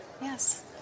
Yes